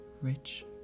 rich